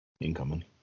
Incoming